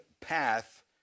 path